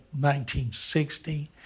1960